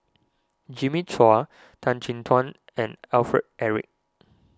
Jimmy Chua Tan Chin Tuan and Alfred Eric